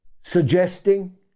suggesting